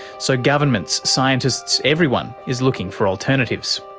so governments, scientists, everyone, is looking for alternatives.